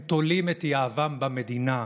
הם תולים את יהבם במדינה,